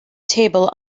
table